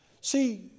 See